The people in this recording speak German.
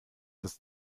ist